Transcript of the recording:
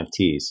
NFTs